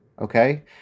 okay